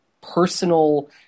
personal